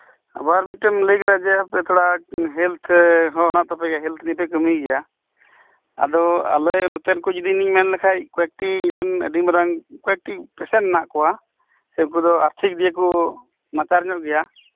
ᱟᱵᱟᱨ ᱢᱤᱫᱴᱮᱡ ᱮᱢ ᱞᱟᱹᱭᱠᱮᱫᱟ ᱡᱮ ᱟᱯᱮᱛᱷᱚᱲᱟ ᱦᱮᱞᱛᱷ ᱦᱚᱸ ᱦᱮᱱᱟᱜ ᱛᱟᱯᱮᱜᱮᱭᱟ ᱦᱮᱞᱛᱷᱱᱤᱭᱮᱯᱮ ᱠᱟᱹᱢᱤᱭ ᱜᱮᱭᱟ ᱟᱫᱚ ᱟᱞᱮ ᱱᱚᱛᱮᱱ ᱠᱚ ᱡᱚᱫᱤ ᱤᱧ ᱢᱮᱱᱞᱮᱠᱷᱟᱡ ᱠᱚᱭᱮᱠᱴᱤ ᱤᱧᱨᱮᱱ ᱟᱹᱰᱤᱢᱟᱨᱟᱝ ᱠᱚᱭᱮᱠᱴᱤ ᱯᱮᱥᱮᱱ ᱦᱮᱱᱟᱜ ᱠᱚᱣᱟ ᱥᱮ ᱩᱱᱠᱩᱫᱚ ᱟᱨᱛᱷᱤᱠ ᱫᱤᱠᱫᱤᱭᱮᱠᱚ ᱱᱟᱪᱟᱨᱧᱚᱜ ᱜᱮᱭᱟ